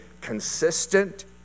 consistent